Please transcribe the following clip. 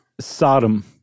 Sodom